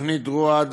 תוכנית "רואד"